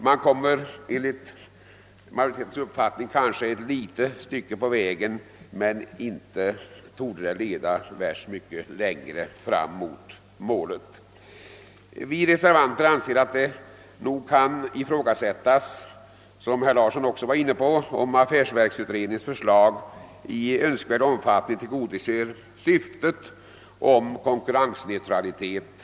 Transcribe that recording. Man kommer alltså enligt utskottsmajoritetens uppfattning kanske ett litet stycke på väg, men förslaget torde inte leda så värst långt fram mot målet. Som herr Larsson i Umeå framhöll anser vi reservanter att det kan ifrågasättas, om affärverksutredningens förslag tillgodoser motionernas syfte: konkurrensneutralitet.